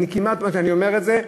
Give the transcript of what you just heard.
אני כמעט בטוח כשאני אומר את זה,